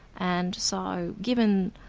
and so given.